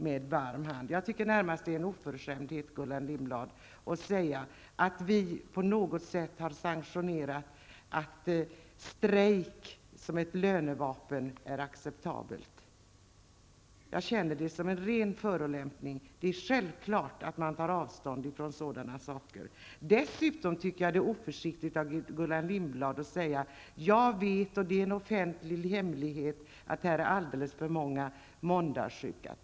Jag tycker att det närmast är en oförskämdhet, Gullan Lindblad, att säga att vi socialdemokrater på något sätt har sanktionerat att sjukförsäkringen är acceptabel som ett strejkvapen. Jag känner det som en ren förolämpning. Självfallet tar vi avstånd från sådana saker. Dessutom anser jag att det är oförsiktigt av Gullan Lindblad att säga att hon vet att det är en offentlig hemlighet att det är alltför många måndagssjuka.